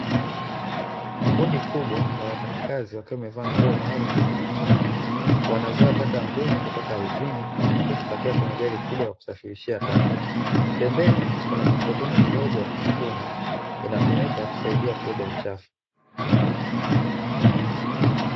Kundi kubwa la wafanya kazi wakiwa wamevaa nguo maalumu za kujikinga, wanazoa taka ngumu kutoka ardhini na kuzipakia kwenye gari kubwa la kusafirishia taka, pembeni kuna mikokoteni midogo ya kusukuma, inatumika kusaidia kubebea uchafu.